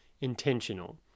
intentional